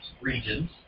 regions